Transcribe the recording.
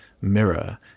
mirror